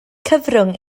cyfrwng